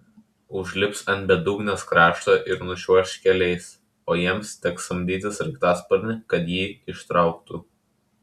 užlips ant bedugnės krašto ir nučiuoš keliais o jiems teks samdyti sraigtasparnį kad jį ištrauktų